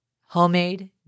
Homemade